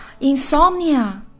Insomnia